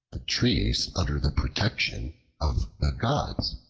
the trees under the protection of the gods